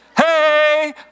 Hey